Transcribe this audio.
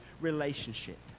relationship